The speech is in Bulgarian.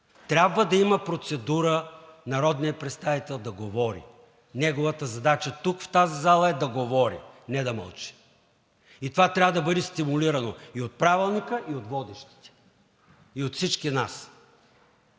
Трябва да има процедура народният представител да говори. Неговата задача тук, в тази зала, е да говори, а не да мълчи. Това трябва да бъде стимулирано и от Правилника, и от водещите, и от всички нас.